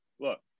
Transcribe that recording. Look